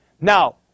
Now